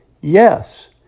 Yes